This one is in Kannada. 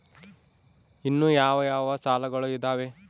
ಇನ್ನು ಯಾವ ಯಾವ ಸಾಲಗಳು ಇದಾವೆ?